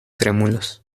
trémulos